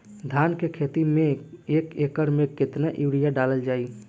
धान के खेती में एक एकड़ में केतना यूरिया डालल जाई?